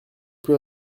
plus